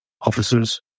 officers